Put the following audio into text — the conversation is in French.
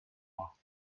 moi